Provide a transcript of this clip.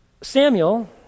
Samuel